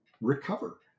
recover